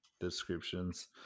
descriptions